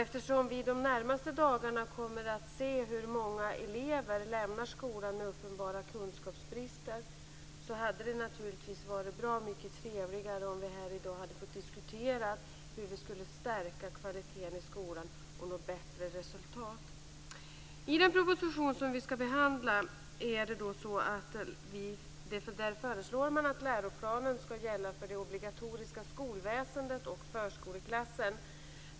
Eftersom vi de närmaste dagarna kommer att se hur många elever lämnar skolan med uppenbara kunskapsbrister hade det naturligtvis varit bra mycket trevligare om vi här i dag hade fått diskutera hur vi skall stärka kvaliteten i skolan och nå bättre resultat. I den proposition vi skall behandla föreslås att läroplanen skall gälla för det obligatoriska skolväsendet och föreskoleklassen.